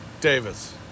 Davis